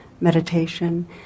meditation